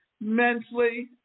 mentally